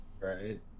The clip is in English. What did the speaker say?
Right